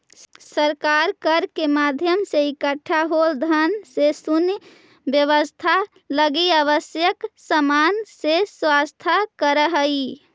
सरकार कर के माध्यम से इकट्ठा होल धन से सैन्य व्यवस्था लगी आवश्यक सामान के व्यवस्था करऽ हई